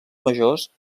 majors